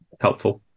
Helpful